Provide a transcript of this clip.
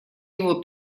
его